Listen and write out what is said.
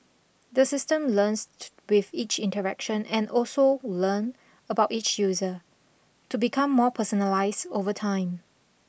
the system learns to with each interaction and also learn about each user to become more personalised over time